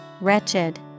wretched